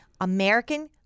American